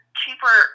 cheaper